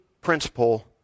principle